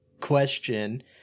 question